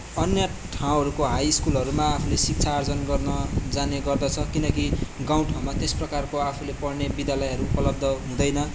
अन्य ठाउँहरूको हाई स्कुलहरूमा आफूले शिक्षा आर्जन गर्न जाने गर्दछ किनकि गाउँठाउँमा त्यस प्रकारको आफूले पढ्ने विद्यालयहरू उपलब्ध हुँदैन